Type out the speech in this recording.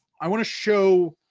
i wanna show